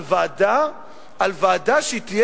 על ועדה שתהיה,